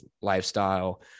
lifestyle